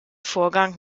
vorgang